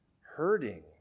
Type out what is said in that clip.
hurting